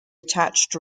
attached